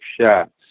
shots